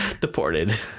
Deported